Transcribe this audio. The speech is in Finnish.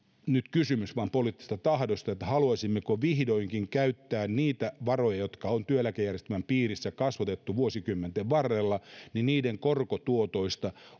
nyt kysymys vain poliittisesta tahdosta että haluaisimmeko vihdoinkin käyttää niitä varoja jotka on työeläkejärjestelmän piirissä kasvatettu vuosikymmenten varrella ottamalla niiden korkotuotoista